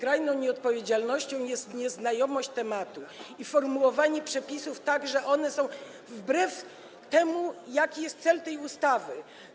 Skrajną nieodpowiedzialnością jest nieznajomość tematu i formułowanie przepisów tak, że one są wbrew temu, jaki jest cel tej ustawy.